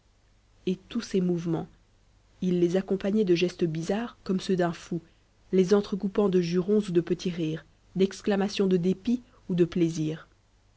et tous ces mouvements il les accompagnait de gestes bizarres comme ceux d'un fou les entrecoupant de jurons ou de petits rires d'exclamations de dépit ou de plaisir